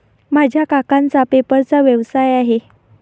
माझ्या काकांचा पेपरचा व्यवसाय आहे